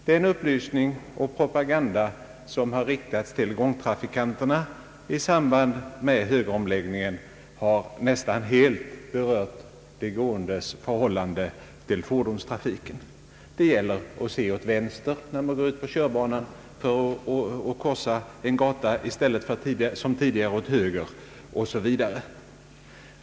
Den upplysning och propaganda som riktats till gångtrafikanterna i samband med högeromläggningen har nästan helt berört de gåendes förhållande till fordonstrafiken. Det gäller att se åt vänster när man går ut på körbanan för att korsa en gata, i stället för som tidigare åt höger, 0. s. Vv.